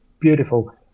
Beautiful